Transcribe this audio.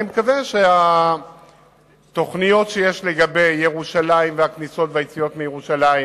אני מקווה שהתוכניות שיש לגבי ירושלים והכניסות והיציאות מירושלים